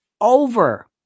over